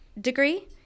degree